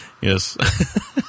Yes